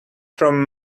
from